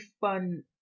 fun